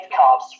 carbs